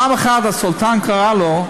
פעם אחת הסולטן קרא לו,